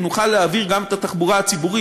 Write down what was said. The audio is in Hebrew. נוכל להעביר גם את התחבורה הציבורית,